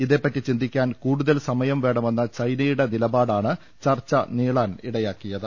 ഇതേപറ്റി ചിന്തിക്കാൻ കൂടുതൽ സമയം വേണമെന്ന ചൈനയുടെ ആവശ്യ മാണ് ചർച്ച നീളാൻ ഇടയാക്കിയത്